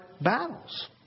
battles